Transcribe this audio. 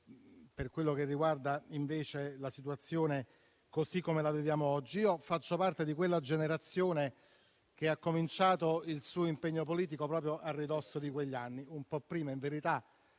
per quello che riguarda la situazione così come la viviamo oggi. Faccio parte di quella generazione che ha cominciato il suo impegno politico proprio a ridosso di quegli anni, un po' prima in verità.